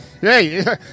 Hey